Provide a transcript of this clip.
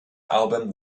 album